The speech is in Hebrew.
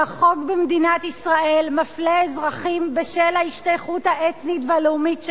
שהחוק במדינת ישראל מפלה אזרחים בשל ההשתייכות האתנית והלאומית שלהם?